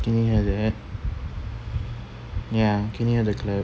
can you hear that ya can you hear the clap